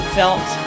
felt